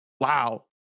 wow